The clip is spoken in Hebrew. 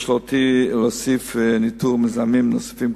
יש להוסיף ניטור מזהמים נוספים,